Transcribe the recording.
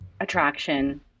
attraction